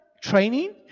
training